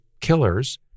killers